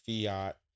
fiat